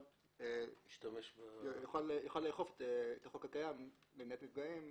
אבל יוכל לאכוף את החוק הקיים למניעת נפגעים.